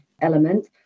element